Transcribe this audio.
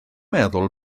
meddwl